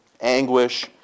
anguish